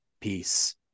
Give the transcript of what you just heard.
peace